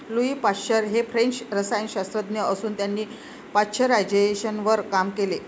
Louis Pasteur हे French रसायनशास्त्रज्ञ असून त्यांनी पाश्चरायझेशनवर काम केले